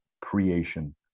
creation